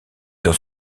dans